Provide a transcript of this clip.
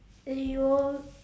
eh you will